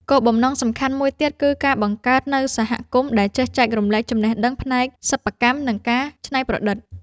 គោលបំណងសំខាន់មួយទៀតគឺការបង្កើតនូវសហគមន៍ដែលចេះចែករំលែកចំណេះដឹងផ្នែកសិប្បកម្ម និងការច្នៃប្រឌិត។